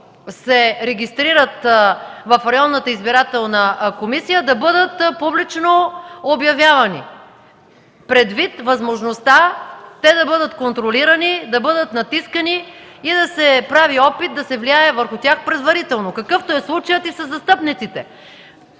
се регистрират в Районната избирателна комисия, да бъдат публично обявявани, предвид възможността те да бъдат контролирани, да бъдат натискани и да се прави опит да се влияе върху тях предварително, какъвто е случаят и със застъпниците.